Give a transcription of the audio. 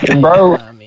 bro